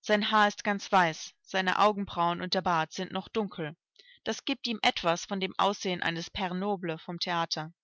sein haar ist ganz weiß seine augenbrauen und der bart sind noch dunkel das giebt ihm etwas von dem aussehen eines pre noble vom theater